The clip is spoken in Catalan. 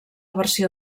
versió